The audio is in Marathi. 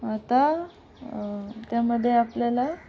आता त्यामध्ये आपल्याला